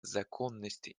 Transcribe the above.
законности